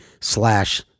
slash